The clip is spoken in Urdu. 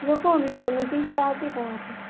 روکو ان لوگوں کو میٹنگ پورا ہوتی ہے تو ہم آتے ہیں